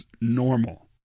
normal